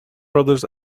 brothers